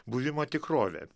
buvimo tikrovę